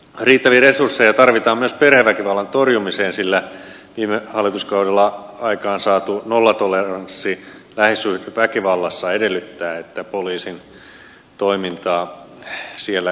riittäviä resursseja tarvitaan myös perheväkivallan torjumiseen sillä viime hallituskaudella aikaansaatu nollatoleranssi lähisuhdeväkivaltaa kohtaan edellyttää että poliisin toimintaa tehostetaan